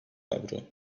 avro